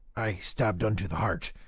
i stabb'd unto the heart.